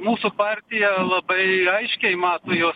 mūsų partija labai aiškiai mato jos